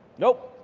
nope,